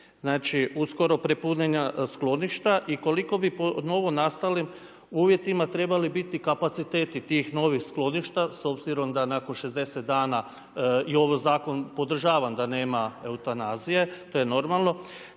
uskoro prepuna skloništa i koliko bi po novonastalim uvjetima trebali biti kapaciteti tih novih skloništa s obzirom da nakon 60 dana i ovo zakon podržavam da nema eutanazije. To je normalno.